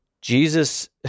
Jesus